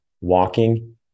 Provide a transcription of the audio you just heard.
walking